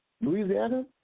Louisiana